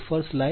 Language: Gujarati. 06 p